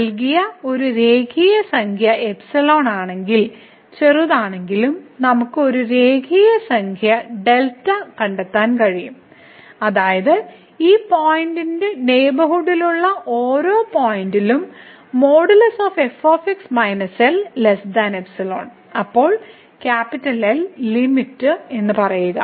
നൽകിയ ഒരു രേഖീയ സംഖ്യ എപ്സിലോൺ ആണെങ്കിൽ ചെറുതാണെങ്കിലും നമുക്ക് ഒരു രേഖീയ സംഖ്യ കണ്ടെത്താൻ കഴിയും അതായത് ഈ പോയിന്റിന്റെ നെയ്ബർഹുഡിലുള്ള ഓരോ പോയിന്റും അപ്പോൾ L ലിമിറ്റ് എന്ന് പറയുക